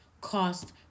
cost